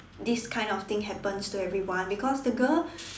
this kind of thing happens to everyone because the girl